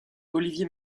olivier